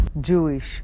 Jewish